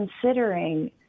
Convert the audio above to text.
considering